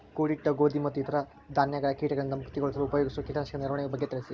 ಕೂಡಿಟ್ಟ ಗೋಧಿ ಮತ್ತು ಇತರ ಧಾನ್ಯಗಳ ಕೇಟಗಳಿಂದ ಮುಕ್ತಿಗೊಳಿಸಲು ಉಪಯೋಗಿಸುವ ಕೇಟನಾಶಕದ ನಿರ್ವಹಣೆಯ ಬಗ್ಗೆ ತಿಳಿಸಿ?